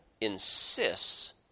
insists